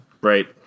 Right